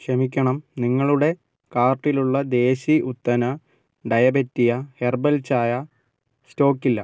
ക്ഷമിക്കണം നിങ്ങളുടെ കാർട്ടിലുള്ള ദേശി ഉത്തന ഡയബെറ്റിയ ഹെർബൽ ചായ സ്റ്റോക്ക് ഇല്ല